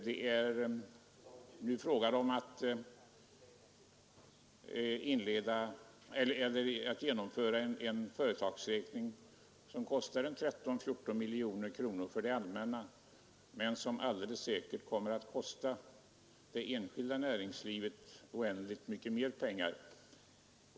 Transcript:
Det är nu fråga om att genomföra en företagsräkning som kostar 13 eller 14 miljoner kronor för det allmänna men som alldeles säkert kommer att kosta det enskilda näringslivet oändligt mycket mer pengar.